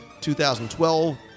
2012